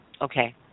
Okay